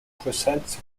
presents